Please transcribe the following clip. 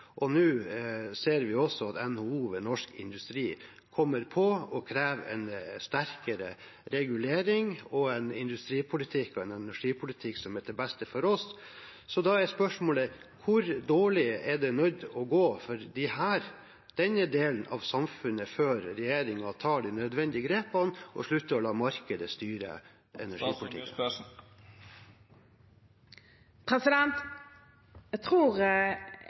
og vi nå ser at også NHO ved Norsk Industri kommer på og krever en sterkere regulering og en industripolitikk og energipolitikk som er til beste for oss, da er spørsmålet: Hvor dårlig er det nødt til å gå for denne delen av samfunnet før regjeringen tar de nødvendige grepene og slutter å la markedet styre energipolitikken? Jeg tror